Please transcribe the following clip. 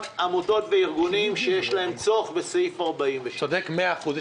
עמותות וארגונים שיש להם צורך בסעיף 46. אתה צודק במאה אחוז.